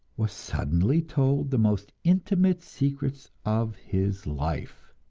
was suddenly told the most intimate secrets of his life!